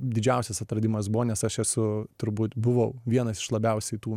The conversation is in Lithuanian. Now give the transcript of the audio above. didžiausias atradimas buvo nes aš esu turbūt buvau vienas iš labiausiai tų